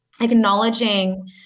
acknowledging